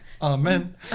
amen